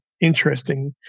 interesting